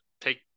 take